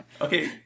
okay